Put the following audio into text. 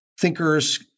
thinkers